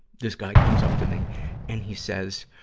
this guy comes up to me and he says,